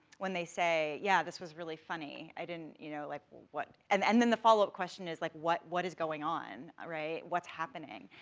when they say, yeah, this was really funny, i didn't, you know, like what. and then then the followup question is, like what, what is going on, right, what's happening?